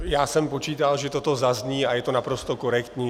Já jsem počítal, že toto zazní, a je to naprosto korektní.